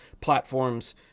platforms